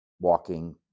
walking